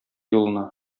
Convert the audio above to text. юлына